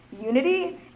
unity